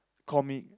comic